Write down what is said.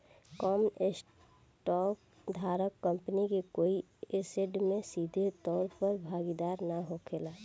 common stock धारक company के कोई ऐसेट में सीधे तौर पर भागीदार ना होखेला